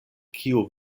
kiu